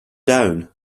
down